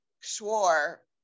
swore